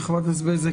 חברת הכנסת בזק,